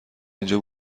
اینجا